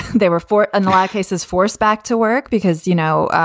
there were four and like cases forced back to work because, you know,